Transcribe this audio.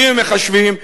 אם מחשבים,